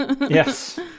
Yes